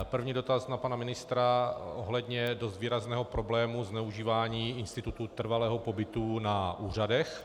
První dotaz na pana ministra ohledně dost výrazného problému zneužívání institutu trvalého pobytu na úřadech.